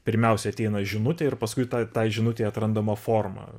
pirmiausia ateina žinutė ir paskui tai žinutei atrandama forma